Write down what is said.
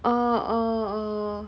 orh orh orh